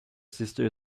sister